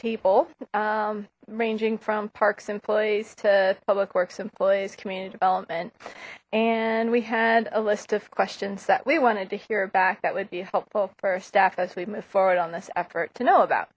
table ranging from parks employees to public works employees community development and we had a list of questions that we wanted to hear back that would be helpful for staff as we move forward on this effort to know about